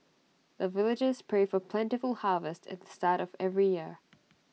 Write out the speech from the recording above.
the villagers pray for plentiful harvest at the start of every year